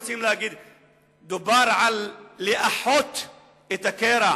דובר על לאחות את הקרע,